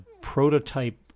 prototype